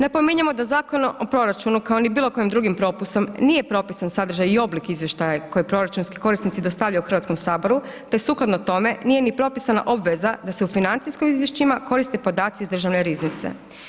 Napominjemo da Zakon o proračunu, kao ni bilo kojim drugim propisom, nije propisan sadržaj i oblik izvještaja koji proračunski korisnici dostavljaju HS-u te sukladno tome, nije ni propisana obveza da se u financijskom izvješćima koriste podaci iz Državne riznice.